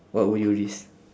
what would you risk